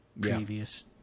previous